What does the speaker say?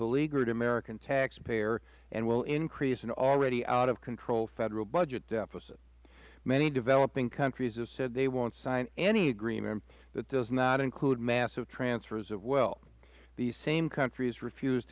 beleaguered american taxpayer and will increase an already out of control federal budget deficit many developing countries have said they will not sign any agreement that does not include massive transfers of wealth these same countries refuse